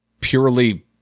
purely